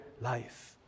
life